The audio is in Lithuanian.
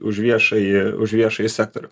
už viešąjį už viešąjį sektorių